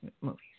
movies